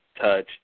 touch